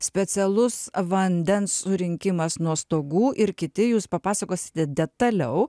specialus vandens surinkimas nuo stogų ir kiti jūs papasakosite detaliau